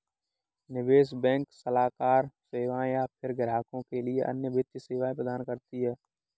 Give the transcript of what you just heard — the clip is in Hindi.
निवेश बैंक सलाहकार सेवाएँ या फ़िर ग्राहकों के लिए अन्य वित्तीय सेवाएँ प्रदान करती है